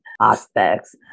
aspects